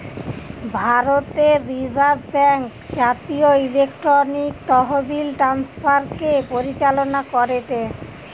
ভারতের reserve bank জাতীয় electronic তহবিল ট্রান্সফার কে পরিচালনা করেটে